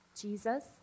Jesus